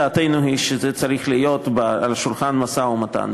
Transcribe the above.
דעתנו היא שזה צריך להיות על שולחן המשא-ומתן.